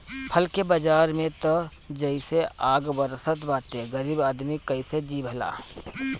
फल के बाजार में त जइसे आग बरसत बाटे गरीब आदमी कइसे जी भला